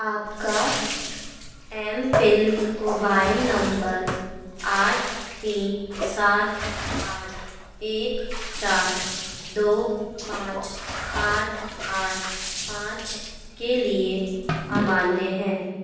आपका M PIN mobile number आठ तीन सात आठ एक चार दो पाँच आठ आठ पाँच के लिए अमान्य है